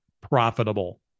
profitable